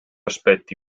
aspetti